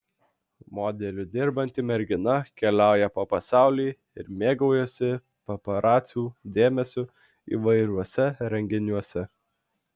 modeliu dirbanti mergina keliauja po pasaulį ir mėgaujasi paparacių dėmesiu įvairiuose renginiuose